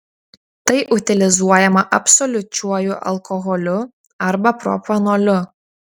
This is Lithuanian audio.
tai utilizuojama absoliučiuoju alkoholiu arba propanoliu